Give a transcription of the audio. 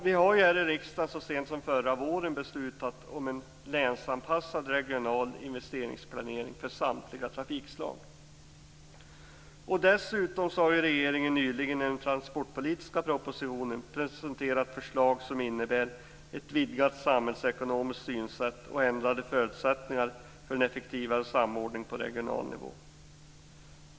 Vi har här i riksdagen så sent som förra våren beslutat om en länsanpassad regional investeringsplanering för samtliga trafikslag. Dessutom har regeringen nyligen i sin transportpolitiska proposition presenterat ett förslag som innebär ett vidgat samhällsekonomiskt synsätt och ändrade förutsättningar för en effektivare samordning på regional nivå.